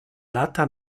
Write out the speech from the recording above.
lata